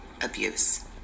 abuse